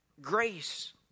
grace